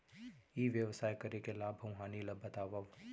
ई व्यवसाय करे के लाभ अऊ हानि ला बतावव?